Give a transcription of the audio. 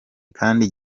kandi